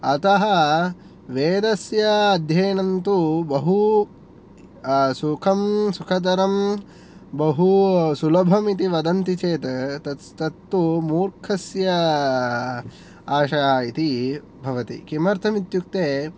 अतः वेदस्य अध्ययनं तु बहु सुखं सुखतरं बहुसुलभम् इति वदन्ति चेत् तत् तत्तु मुर्खस्य आशा इति भवति किमर्थम् इत्युक्ते